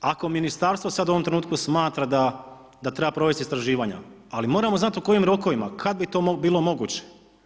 Ako ministarstvo sada u ovom trenutku smatra da treba provesti istraživanja, ali moramo znati u kojim rokovima, kada bi to bilo moguće.